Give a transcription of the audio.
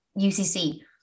UCC